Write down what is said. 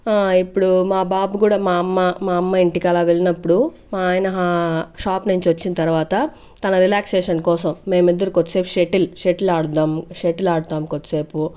ఇప్పుడు మా బాబు కూడా మా అమ్మ మా అమ్మ ఇంటికి అలా వెళ్ళినప్పుడు మా ఆయన షాప్ నుంచి వచ్చిన తర్వాత తన రిలాక్సేషన్ కోసం మేమిద్దరు కొద్దిసేపు షెటిల్ షెటిల్ ఆడతాము సెటిల్ ఆడతాము కొద్దిసేపు